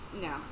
no